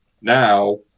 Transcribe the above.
now